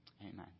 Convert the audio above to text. Amen